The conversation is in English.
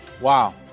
Wow